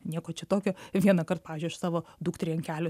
nieko čia tokio vienąkart pavyzdžiui aš savo dukteriai ant kelių